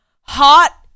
hot